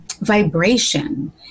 vibration